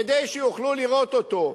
כדי שיוכלו לראות אותו.